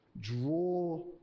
draw